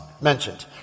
mentioned